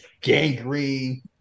gangrene